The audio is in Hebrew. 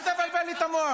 אל תבלבל לי את המוח.